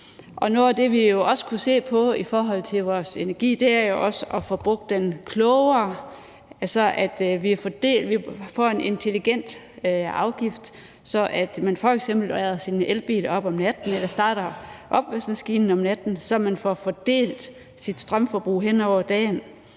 det, som vi også kunne se på i forhold til vores energi, er jo at få brugt den klogere, altså at vi får en intelligent afgift, så man f.eks. lader sin elbil op om natten eller starter opvaskemaskinen om natten, så man får fordelt sit strømforbrug hen over dagen.